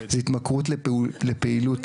זו התמכרות לפעילות,